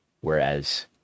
whereas